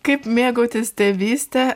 kaip mėgautis tėvyste